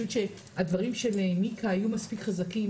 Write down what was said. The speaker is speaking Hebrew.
אני חושבת שהדברים של מיקה היו מספיק חזקים,